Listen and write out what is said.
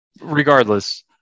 regardless